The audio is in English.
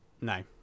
No